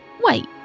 Wait